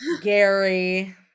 gary